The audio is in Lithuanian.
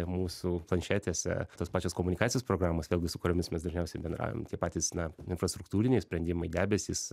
mūsų planšetėse tos pačios komunikacijos programos vėlgi su kuriomis mes dažniausiai bendraujam tie patys na infrastruktūriniai sprendimai debesys